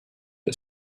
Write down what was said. her